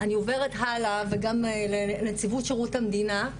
אני עוברת הלאה וגם לנציבות שירות המדינה.